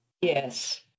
Yes